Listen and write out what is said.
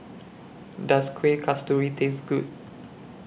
Does Kuih Kasturi Taste Good